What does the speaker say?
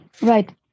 Right